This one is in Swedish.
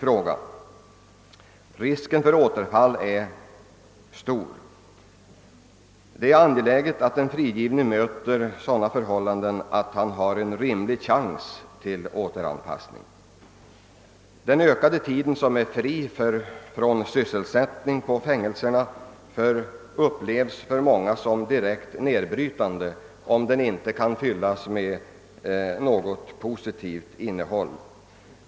Risken för återfall är mycket stor. Det är angeläget att den frigivne möter sådana förhållanden, att han har en rimlig chans till återanpassning. Den tid som är fri från sysselsättning på fängelserna har ökats och kan för många upplevas som direkt nedbrytande, om den inte fylls med något positivt innehåll.